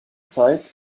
zeit